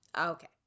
Okay